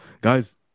guys